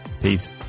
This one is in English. peace